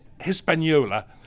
Hispaniola